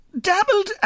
dabbled